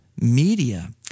media